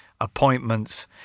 appointments